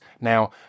now